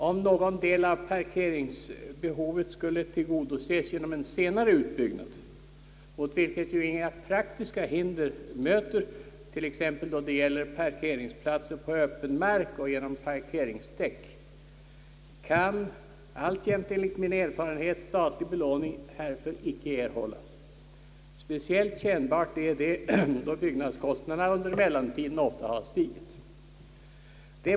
Om någon del av parkeringsbehovet skulle tillgodoses genom senare utbyggnad — mot vilket inga praktiska hinder möter då det gäller parkeringsplats på öppen mark och genom parkeringsdäck — kan, alltjämt enligt min erfarenhet, statlig belåning härför icke erhållas. Speciellt kännbart är detta då byggnadskostnaderna under mellantiden ofta har stigit.